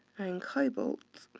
and cobalt